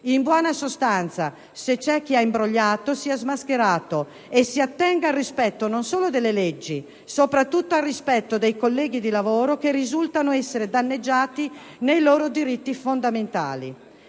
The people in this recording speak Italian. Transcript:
In buona sostanza, se c'è chi ha imbrogliato, sia smascherato e si attenga al rispetto non solo delle leggi: soprattutto, al rispetto dei colleghi di lavoro che risultano essere danneggiati nei loro diritti fondamentali.